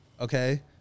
Okay